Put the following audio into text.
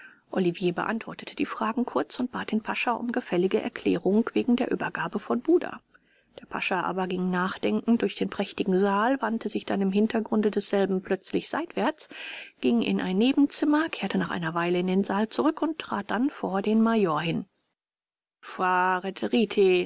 olivier beantwortete die fragen kurz und bat den pascha um gefällige erklärung wegen der übergabe von buda der pascha aber ging nachdenkend durch den prächtigen saal wandte sich dann im hintergrunde desselben plötzlich seitwärts ging in ein nebenzimmer kehrte nach einer weile in den saal zurück und trat dann vor den major hin